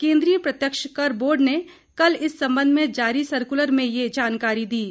केंन्द्रीय प्रत्यक्ष कर बोर्ड ने कल इस संबंध में जारी सरकुलर में ये जानकारी दी है